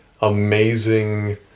amazing